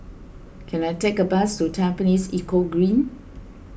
can I take a bus to Tampines Eco Green